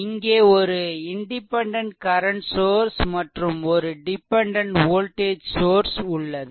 இங்கே ஒரு independent current source மற்றும் ஒரு டிபெண்டென்ட் வோல்டேஜ் சோர்ஸ் உள்ளது